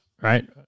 right